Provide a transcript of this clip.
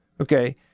Okay